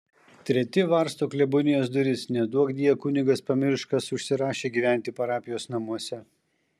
treti varsto klebonijos duris neduokdie kunigas pamirš kas užsirašė gyventi parapijos namuose